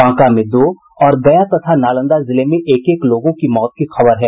बांका में दो और गया तथा नालंदा जिले में एक एक लोगों की मौत की खबर है